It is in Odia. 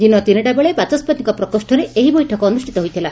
ଦିନ ତିନିଟା ବେଳେ ବାଚସ୍ୱତିଙ୍କ ପ୍ରକୋଷରେ ଏହି ବୈଠକ ଅନୁଷ୍ଚିତ ହୋଇଥିଲା